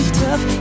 tough